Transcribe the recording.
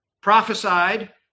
prophesied